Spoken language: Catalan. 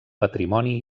patrimoni